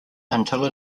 until